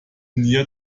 near